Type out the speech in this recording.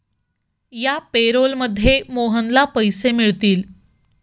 या पॅरोलमध्ये मोहनला पैसे मिळतील